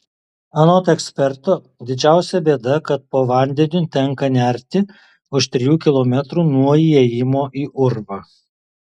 anot eksperto didžiausia bėda ko po vandeniu tenka nerti už trijų kilometrų nuo įėjimo į urvą